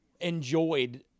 enjoyed